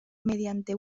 mediante